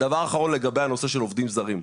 הדבר האחרון, לגבי נושא העובדים הזרים.